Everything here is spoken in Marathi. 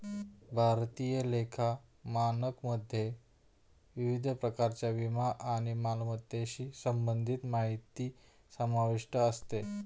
भारतीय लेखा मानकमध्ये विविध प्रकारच्या विमा आणि मालमत्तेशी संबंधित माहिती समाविष्ट असते